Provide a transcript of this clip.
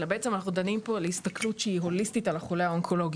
אלא בעצם אנחנו דנים פה להסתכלות שהיא הוליסטית על החולה האונקולוגי,